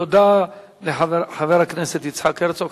תודה לחבר הכנסת יצחק הרצוג.